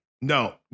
no